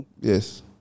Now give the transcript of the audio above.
Yes